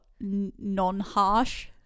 non-harsh